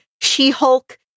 She-Hulk